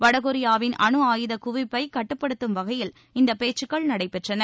வடகொரியாவின் அனுஆயுத குவிப்பை கட்டுப்படுத்தும் வகையில் இந்த பேச்சுக்கள் நடைபெற்றன